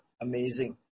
amazing